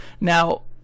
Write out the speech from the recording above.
now